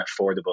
affordable